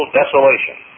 desolation